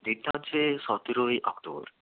ডেটটা হচ্ছে সতেরোই অক্টোবর